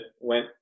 went